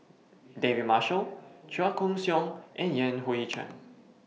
David Marshall Chua Koon Siong and Yan Hui Chang